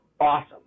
awesome